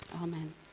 Amen